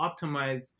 optimize